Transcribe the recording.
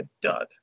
dud